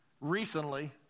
recently